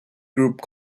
group